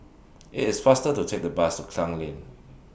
IT IS faster to Take The Bus to Klang Lane